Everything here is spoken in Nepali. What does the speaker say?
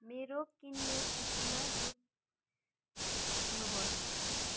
मेरो किनमेल सूचीमा दुध थप्नुहोस्